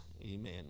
Amen